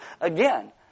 again